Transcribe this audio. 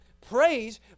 praise